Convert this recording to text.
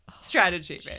strategy